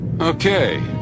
Okay